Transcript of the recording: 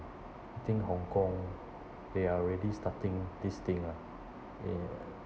I think hong kong they are already starting this thing ah in